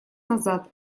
назад